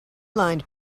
lined